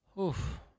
Oof